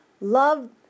love